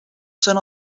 són